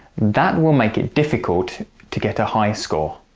that will make it difficult to get a high score.